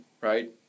right